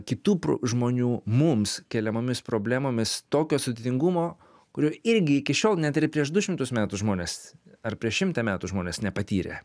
kitu pro žmonių mums keliamomis problemomis tokio sudėtingumo kurių irgi iki šiol net ir prieš du šimtus metų žmonės ar prieš šimtą metų žmonės nepatyrė